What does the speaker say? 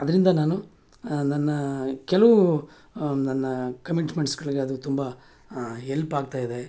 ಅದರಿಂದ ನಾನು ನನ್ನ ಕೆಲವು ನನ್ನ ಕಮಿಟ್ಮೆಂಟ್ಸ್ಗಳಿಗೆ ಅದು ತುಂಬ ಎಲ್ಪ್ ಆಗ್ತಾಯಿದೆ